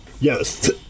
Yes